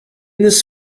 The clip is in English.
this